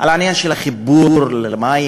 על העניין של החיבור למים,